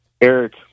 Eric